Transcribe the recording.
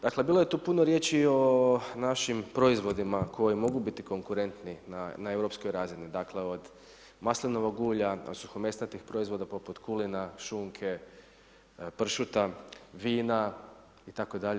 Dakle bilo je tu puno riječi o našim proizvodima koji mogu biti konkurentni na europskoj razini dakle od maslinovog ulja, od suhomesnatih proizvoda poput kulina, šunke, pršuta, vina itd.